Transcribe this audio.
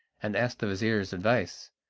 and asked the vizir's advice,